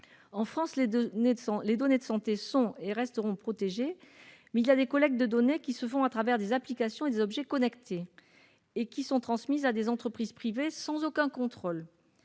En France, les données de santé sont et resteront protégées, mais des collectes de données se font via des applications ou des objets connectés, et ces données sont transmises à des entreprises privées sans aucun contrôle.